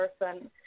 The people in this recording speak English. person